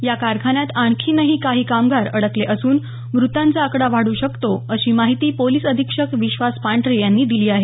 या कारखान्यात आणखीनही काही कामगार अडकले असून मृतांचा आकडा वाढू शकतो अशी माहिती पोलिस अधिक्षक विश्वास पांढरे यांनी दिली आहे